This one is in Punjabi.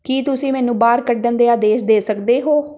ਕੀ ਤੁਸੀਂ ਮੈਨੂੰ ਬਾਹਰ ਕੱਢਣ ਦੇ ਆਦੇਸ਼ ਦੇ ਸਕਦੇ ਹੋ